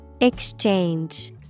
Exchange